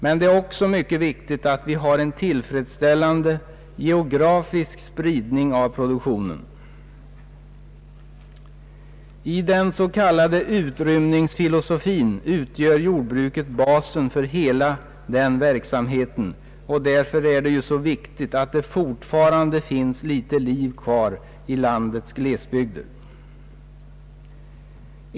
Men det är också mycket viktigt att vi har en tillfredsställande geografisk spridning av produktionen. I den s.k. utrymningsfilosofin utgör jordbruket basen för hela den verksamheten, och därför är det ju så viktigt att det fortfarande finns litet liv kvar i landets glesbygder.